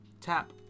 Tap